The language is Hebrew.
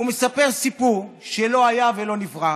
הוא מספר סיפור שלא היה ולא נברא,